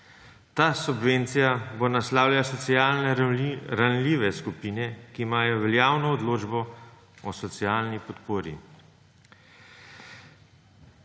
Ta subvencija bo naslavljala socialno ranljive skupine, ki imajo veljavno odločbo o socialni podpori.